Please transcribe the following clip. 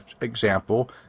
example